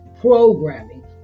programming